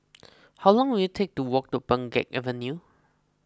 how long will it take to walk to Pheng Geck Avenue